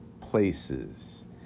places